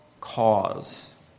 cause